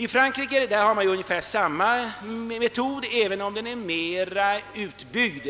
I Frankrike har man ungefär samma metod men mer utbyggd.